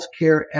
healthcare